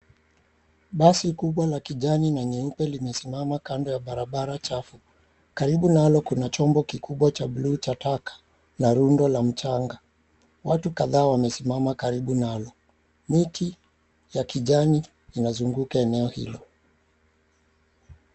Basi kubwa la kijani na nyeupe limesimama kando ya barabara chafu. Karibu nalo kuna chombo kikubwa cha buluu cha taka na rundo la mchanga. Watu kadhaa wamesimama karibu nalo. Miti ya kijani inazunguka eneo hilo.